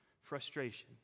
frustration